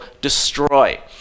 destroy